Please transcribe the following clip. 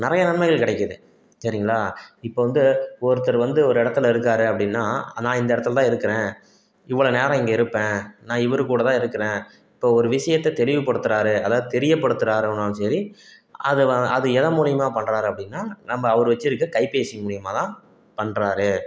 நிறையா நன்மைகள் கிடைக்கிது சரிங்களா இப்போ வந்து ஒருத்தர் வந்து ஒரு இடத்துல இருக்கார் அப்படினா நான் இந்த இடத்துல தான் இருக்கிறேன் இவ்வளோ நேரம் நான் இங்கே இருப்பேன் நான் இவர் கூட தான் இருக்கிறேன் இப்போ ஒரு விஷியத்தை தெளிவுபடுத்துறாரு அதாவது தெரியப்படுத்துறாருனாலும் சரி அது வ அது எதன் மூலிமா பண்ணுறாரு அப்படினா நம்ம அவர் வச்சுருக்க கைபேசி மூலிமா தான் பண்றாரு